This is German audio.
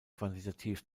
quantitativ